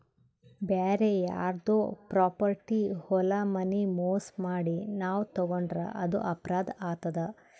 ಬ್ಯಾರೆ ಯಾರ್ದೋ ಪ್ರಾಪರ್ಟಿ ಹೊಲ ಮನಿ ಮೋಸ್ ಮಾಡಿ ನಾವ್ ತಗೋಂಡ್ರ್ ಅದು ಅಪರಾಧ್ ಆತದ್